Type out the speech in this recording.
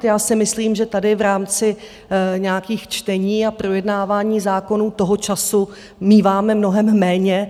Já si myslím, že tady v rámci nějakých čtení a projednávání zákonů toho času míváme mnohem méně.